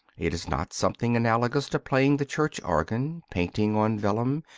it is not something analogous to playing the church organ, painting on vellum,